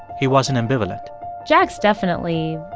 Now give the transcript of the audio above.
he wasn't ambivalent jack's definitely